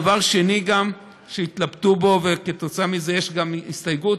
דבר שני שהתלבטנו בו וכתוצאה מזה יש הסתייגות,